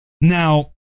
Now